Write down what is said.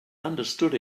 understood